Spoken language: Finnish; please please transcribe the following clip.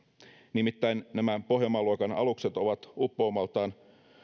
nimittäin nämä pohjanmaa luokan alukset ovat uppoumaltaan